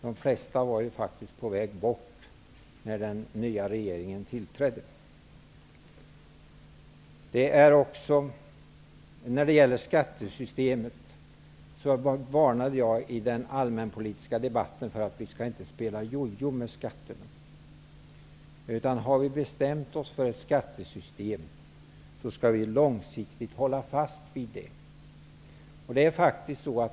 De flesta var på väg att försvinna när den nya regeringen tillträdde. När det gäller skattesystemet varnade jag i den allmänpolitiska debatten för att spela jojo med skatterna. Om vi har bestämt oss för ett skattesystem, skall vi långsiktigt hålla fast vid det.